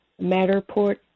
Matterport